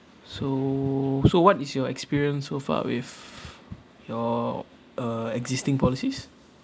so so what is your experience so far with your uh existing policies